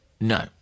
No